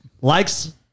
likes